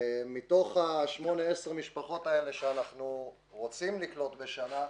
מתוך השמונה-עשר משפחות האלה שאנחנו רוצים לקלוט בשנה,